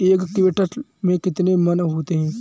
एक क्विंटल में कितने मन होते हैं?